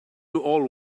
all